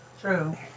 True